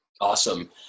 awesome